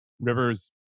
River's